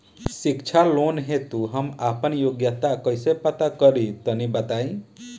शिक्षा लोन हेतु हम आपन योग्यता कइसे पता करि तनि बताई?